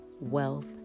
wealth